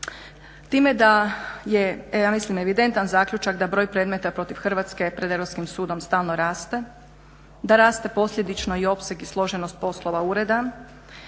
time da je, ja mislim evidentan zaključak da broj predmeta protiv Hrvatske pred Europskim sudom stalno raste, da raste posljedično i opseg i složenost poslova Ureda